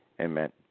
Amen